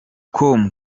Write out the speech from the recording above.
com